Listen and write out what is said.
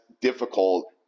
difficult